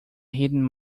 hidden